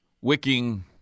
wicking